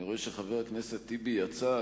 אני רואה שחבר הכנסת טיבי יצא.